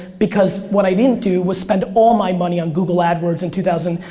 because what i didn't do was spend all my money on google adwords in two thousand,